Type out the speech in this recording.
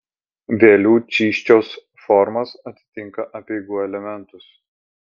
vėlių čysčiaus formos atitinka apeigų elementus